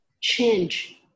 change